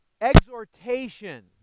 exhortation